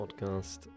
podcast